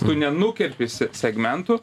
tu nenukerpi se segmentų